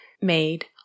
made